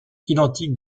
identique